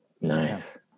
nice